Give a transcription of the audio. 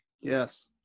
Yes